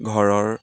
ঘৰৰ